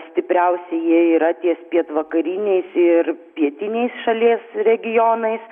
stipriausi jie yra ties pietvakariniais ir pietiniais šalies regionais